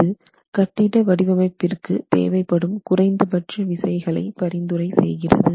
இது கட்டிட வடிவமைப்பிற்கு தேவைப்படும் குறைந்தபட்ச விசைகளை பரிந்துரை செய்கிறது